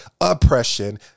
oppression